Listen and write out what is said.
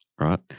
right